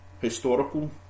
historical